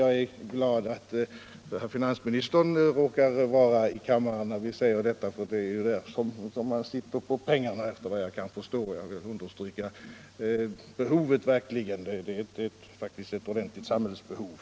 Jag är glad att finansministern råkar vara i kammaren när jag säger detta, eftersom det är han som sitter på pengarna, efter vad jag kan förstå. Jag vill understryka att det här rör sig om ett väsentligt samhällsbehov.